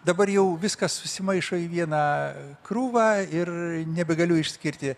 dabar jau viskas susimaišo į vieną krūvą ir nebegaliu išskirti